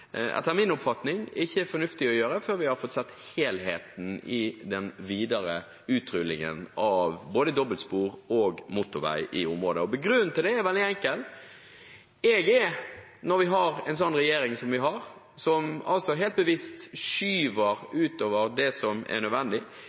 min oppfatning ikke fornuftig å gjøre før vi har fått se helheten i den videre utrullingen av både dobbeltspor og motorvei i området. Grunnen til det er veldig enkel. Når vi har den regjeringen vi har, som helt bevisst skyver – utover det som er nødvendig